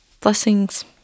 Blessings